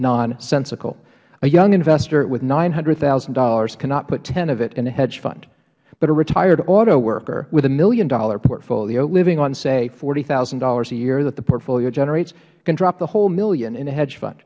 nonsensical a young investor with nine hundred thousand dollars cannot put ten of it in a hedge fund but a retired auto workers with a million dollar portfolio living on say forty thousand dollars a year that the portfolio generates can drop the whole million in a hedge fun